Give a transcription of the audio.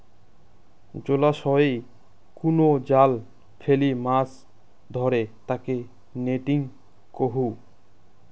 জলাশয়ই কুনো জাল ফেলি মাছ ধরে তাকে নেটিং কহু